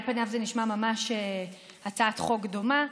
על פניו זה נשמע ממש הצעת חוק דומה.